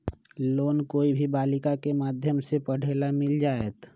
Loan कोई भी बालिका के माध्यम से पढे ला मिल जायत?